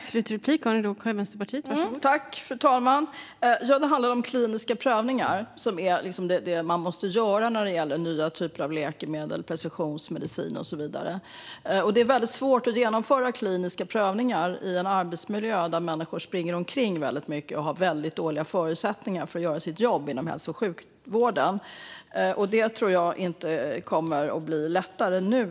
Fru talman! Frågan handlar om kliniska prövningar, som är det man måste göra när det gäller nya typer av läkemedel, precisionsmedicin och så vidare. Det är väldigt svårt att genomföra kliniska prövningar i en arbetsmiljö där människor i hög grad springer omkring och har dåliga förutsättningar för att göra sitt jobb inom hälso och sjukvården. Jag tror inte heller att det kommer att bli lättare nu.